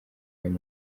y’uyu